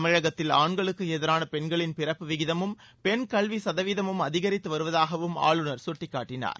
தமிழகத்தில் ஆண்களுக்கு எதிரான பெண்களின் பிறப்பு விகிதமும் பெண் கல்வி சதவீதமும் அதிகரித்து வருவதாகவும் ஆளுநர் சுட்டிக்காட்டினார்